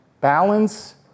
Balance